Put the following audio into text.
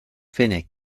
fenech